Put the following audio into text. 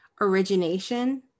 origination